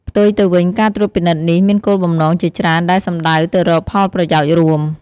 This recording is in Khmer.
ផ្ទុយទៅវិញ ការត្រួតពិនិត្យនេះមានគោលបំណងជាច្រើនដែលសំដៅទៅរកផលប្រយោជន៍រួម។